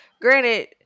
granted